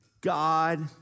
God